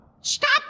Stop